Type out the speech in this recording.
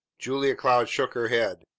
julia cloud shook her head.